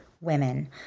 women